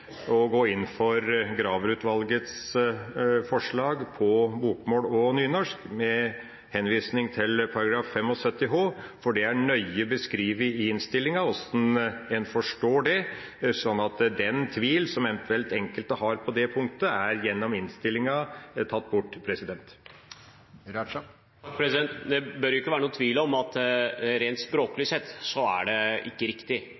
å gå inn for Graver-utvalgets forslag på bokmål og nynorsk med henvisning til § 75 b, for det er nøye beskrevet i innstillinga hvordan man forstår det, sånn at den tvil som enkelte eventuelt har på det punktet, er tatt bort gjennom innstillinga. Det bør ikke være noen tvil om at rent språklig sett er det ikke riktig,